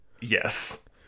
Yes